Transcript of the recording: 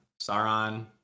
Sauron